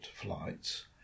flights